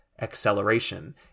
acceleration